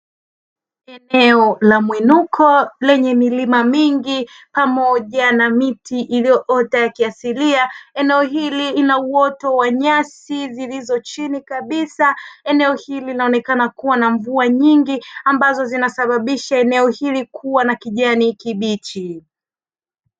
Eneo la mwinuko lenye milima mingi pamoja na miti iliyoota ya kiasilia eneo hili lina uoto wa nyasi zilizo chini kabisa eneo hili linaonekana kuwa na mvua nyingi ambazo zinasababisha eneo hili kuwa na kijani kibichi.